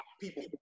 people